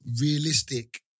realistic